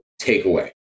takeaway